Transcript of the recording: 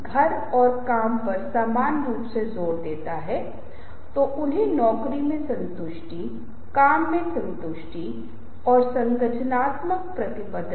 endorsement के उदाहरण जैसा कि आप खुद देख सकते हैं मिला दूध अभियान दूध की प्रासंगिकता के बारे में जागरूकता विकसित करने के साथ बहुत सफल रहा कि दूध हमारे द्वारा पीया जाना चाहिए और हमारी प्रणाली में जाना चाहिए